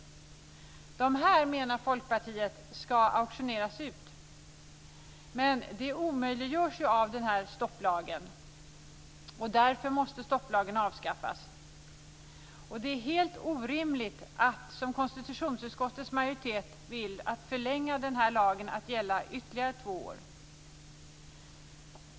Dessa, menar Folkpartiet, skall auktioneras ut. Det omöjliggörs av stopplagen. Därför måste stopplagen avskaffas. Det är helt orimligt att, som konstitutionsutskottets majoritet vill, förlänga lagen till att gälla ytterligare två år.